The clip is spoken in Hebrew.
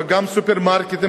וגם סופרמרקטים,